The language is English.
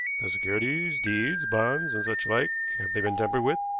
the securities deeds, bonds, and such-like have they been tampered with?